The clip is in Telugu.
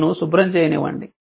నన్ను శుభ్రం చేయనివ్వండి